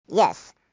Yes